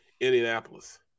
Indianapolis